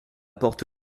porte